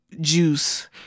juice